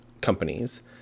companies